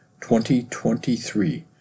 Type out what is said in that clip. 2023